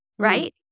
Right